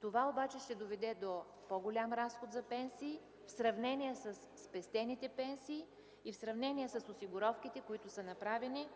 Това обаче ще доведе до по-голям разход за пенсии в сравнение със спестените пенсии и в сравнение с осигуровките, които са направени